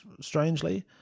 strangely